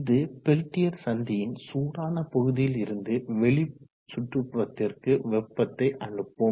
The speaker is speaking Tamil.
இது பெல்டியர் சந்தியின் சூடான பகுதியில் இருந்து வெளி சுற்றுப்புறத்திற்கு வெப்பத்தை அனுப்பும்